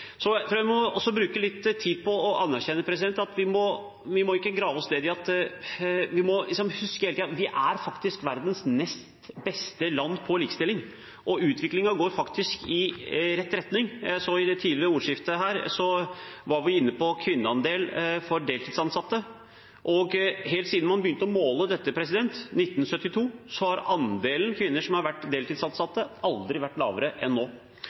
Jeg tror også jeg må bruke litt tid på å anerkjenne at vi ikke må grave oss ned her. Vi må hele tiden huske at vi faktisk er verdens nest beste land på likestilling, og utviklingen går i rett retning. Jeg hørte i det tidligere ordskiftet at man var inne på kvinneandel for deltidsansatte, og helt siden man begynte å måle dette i 1972, har andelen kvinner som har vært deltidsansatt, aldri vært lavere enn nå.